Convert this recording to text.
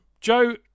Joe